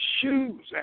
shoes